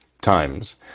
times